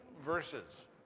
verses